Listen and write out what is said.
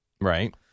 Right